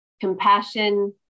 compassion